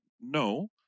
no